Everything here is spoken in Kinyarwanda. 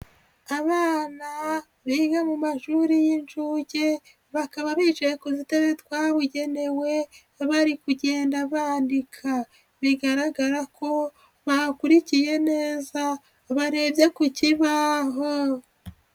Abana biga mu mashuri y'inshuke bakaba bicaye ku dutabe twabugenewe bari kugenda bandika bigaragara ko bakurikiye neza barebye ku kibaho.